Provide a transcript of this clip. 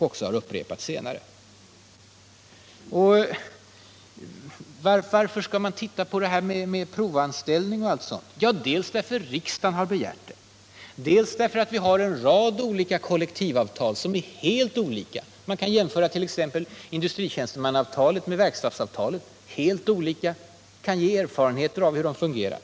Varför skall man då se över bestämmelserna om provanställning och allt sådant? Ja, dels därför att riksdagen har begärt det, dels därför att vi har en rad kollektivavtal som är helt olika. Man kan jämföra exempelvis industritjänstemannaavtalet med verkstadsavtalet. De bygger på skilda principer. Det kan ge erfarenheter av hur det fungerar.